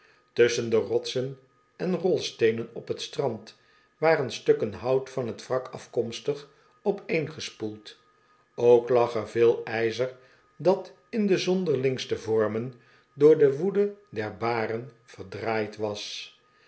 tusschen de rotsen en rolsteenen op t strand waren stukken hout van t wrak afkomstig opeengespoeld ook lag er veel n'zer dat in de zonderlingste vormen door de woede der baren verdraaid was